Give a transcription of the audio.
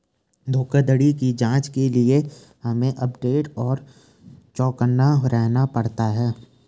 धोखाधड़ी की जांच के लिए हमे अपडेट और चौकन्ना रहना पड़ता है